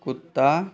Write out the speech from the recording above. कुत्ता